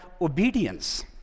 obedience